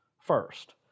first